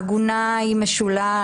עגונה משולה,